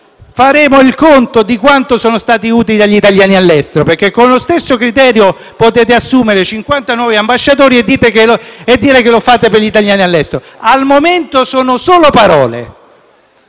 faremo il conto di quanto sono stati utili agli italiani all'estero. Con lo stesso criterio potete assumere 50 nuovi ambasciatori e dire che lo fate per gli italiani all'estero. Al momento sono solo parole.